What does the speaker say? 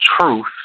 truth